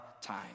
time